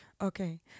Okay